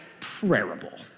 prayerable